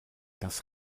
das